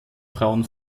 frauen